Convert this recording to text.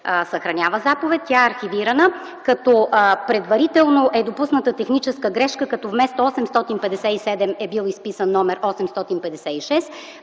съхранява заповед, тя е архивирана, като предварително е допусната техническа грешка, като вместо 857 е бил изписан номер 856.